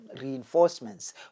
reinforcements